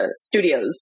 studios